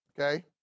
okay